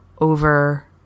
over